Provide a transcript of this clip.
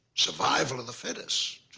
survival of the fittest.